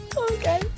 Okay